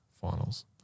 finals